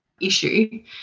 issue